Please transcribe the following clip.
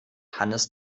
hannes